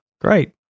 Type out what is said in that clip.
Great